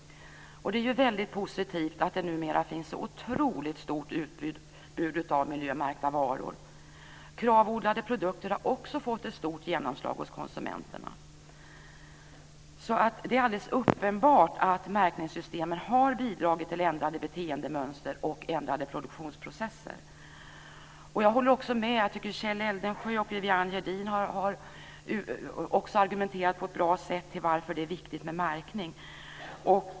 Det är väldigt positivt att det numera finns ett så otroligt stort utbud av miljömärkta varor. Kravodlade produkter har också fått ett stort genomslag hos konsumenterna. Det är alltså alldeles uppenbart att märkningssystemen har bidragit till ändrade beteendemönster och ändrade produktionsprocesser. Jag tycker att Kjell Eldensjö och Viviann Gerdin har argumenterat på ett bra sätt när det gäller varför det är viktigt med märkning.